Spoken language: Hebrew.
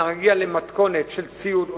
אנחנו נגיע למתכונת של ציוד אוניברסלי.